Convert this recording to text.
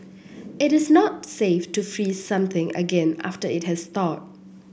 it is not safe to freeze something again after it has thawed